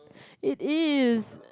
it is